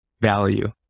value